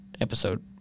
episode